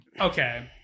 Okay